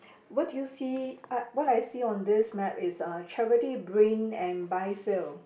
what do you see uh what I see on this map is uh charity brain and buy sale